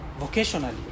vocationally